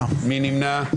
אני עדיין מנסה לגייס רוב לזה.